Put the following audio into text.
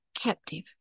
Captive